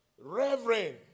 Reverend